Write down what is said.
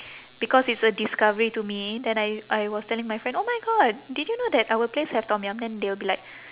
because it's a discovery to me then I I was telling my friend oh my god did you know that our place have tom yum then they will be like